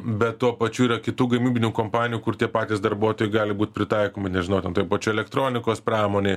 bet tuo pačiu yra kitų gamybinių kompanijų kur tie patys darbuotojai gali būt pritaikomi nežinau ten pačioj elektronikos pramonėj